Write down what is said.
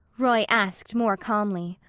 roy asked more calmly.